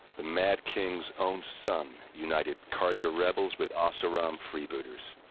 the mad king's own son. united carja rebels with oseram freebooters.